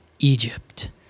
Egypt